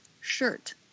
shirt